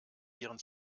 ihren